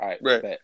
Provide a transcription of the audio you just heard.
right